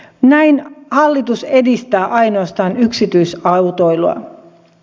näin hallitus edistää ainoastaan yksityisautoilua